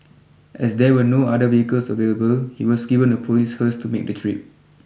as there were no other vehicles available he was given a police hearse to make the trip